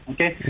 Okay